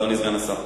אדוני סגן השר.